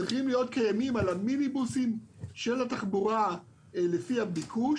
צריכים להיות קיימים על המיניבוסים של התחבורה לפי הביקוש